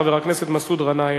חבר הכנסת מסעוד גנאים,